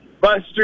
Buster